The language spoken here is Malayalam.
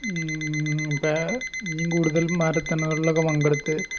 ഇപ്പം ഇനിം കൂടുതൽ മാരത്തണിലൊക്കെ പങ്കെടുത്ത്